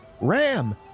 ram